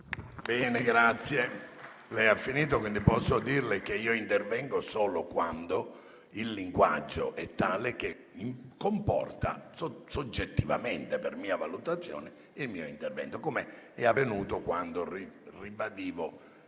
finestra"). Lei ha finito, quindi posso dirle che io intervengo solo quando il linguaggio è tale da comportare, soggettivamente, per mia valutazione, il mio intervento, com'è avvenuto quando ho ribadito